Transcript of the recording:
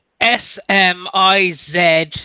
S-M-I-Z